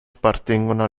appartengono